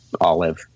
olive